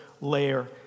layer